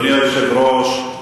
אדוני היושב-ראש,